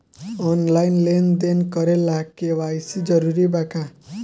Online लेन देन करे ला के.वाइ.सी जरूरी बा का?